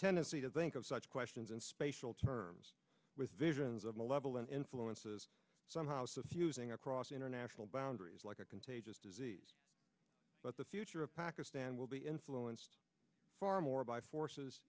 tendency to think of such questions in special terms with visions of malevolent influences somehow suffusing across international boundaries like a contagious disease but the future of pakistan will be influenced far more by forces